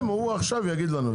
הם, הוא עכשיו יגיד לנו את זה.